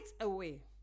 away